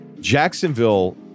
Jacksonville